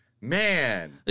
Man